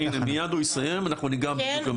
הנה, מיד הוא יסיים ואנחנו נגע בזה.